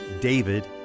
David